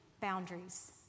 boundaries